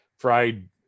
fried